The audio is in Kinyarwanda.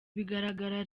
bigaragara